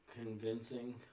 convincing